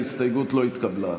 ההסתייגות לא התקבלה.